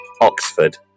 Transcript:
Oxford